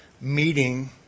meeting